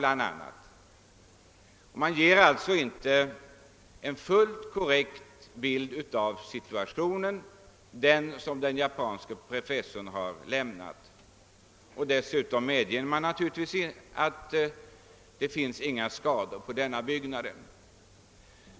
Byggnadsstyrelsen ger alltså inte en fullt korrekt bild av situationen — den som den japanske professorn har lämnat — och säger helt enkelt att det inte finns några skador på byggnaden.